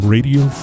Radio